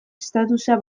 statusa